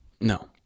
no